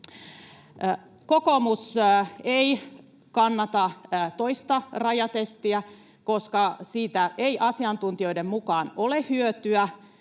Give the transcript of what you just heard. Kokoomus ei kannata toista rajatestiä, koska siitä ei asiantuntijoiden mukaan ole hyötyä,